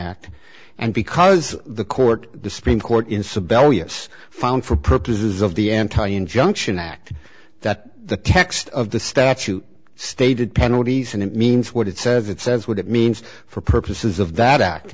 act and because the court the supreme court in sabella yes found for purposes of the anti injunction act that the text of the statute stated penalties and it means what it says it says what it means for purposes of that